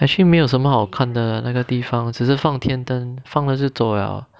actually 没有什么好看的那个地方只是放天灯放了就走了